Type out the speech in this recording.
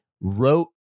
wrote